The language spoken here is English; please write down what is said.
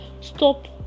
stop